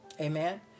Amen